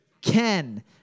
Ken